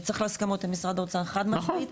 צריך הסכמות עם משרד האוצר חד משמעית.